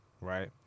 right